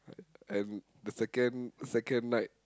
and the second second night